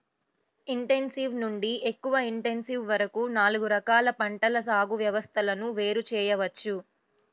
intensive నుండి ఎక్కువ intensive వరకు నాలుగు రకాల పంటల సాగు వ్యవస్థలను వేరు చేయవచ్చు